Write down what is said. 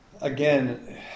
again